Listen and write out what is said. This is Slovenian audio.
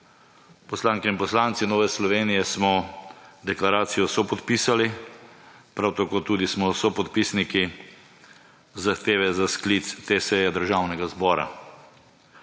Poslanke in poslanci Nove Slovenije smo deklaracijo sopodpisali, prav tako tudi smo sopodpisniki zahteve za sklic te seje Državnega zbora.